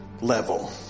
level